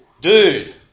Dude